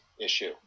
issue